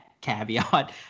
Caveat